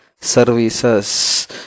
services